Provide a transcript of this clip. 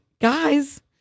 guys